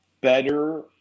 better